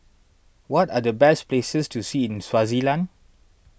what are the best places to see in Swaziland